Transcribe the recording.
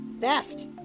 theft